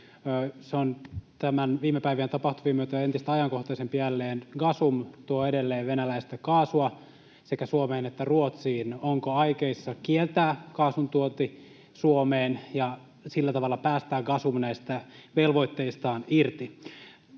Se on viime päivien tapahtumien myötä entistä ajankohtaisempi jälleen. Gasum tuo edelleen venäläistä kaasua sekä Suomeen että Ruotsiin. Onko aikeissa kieltää kaasuntuonti Suomeen ja sillä tavalla päästää Gasum näistä velvoitteistaan irti?